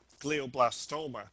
glioblastoma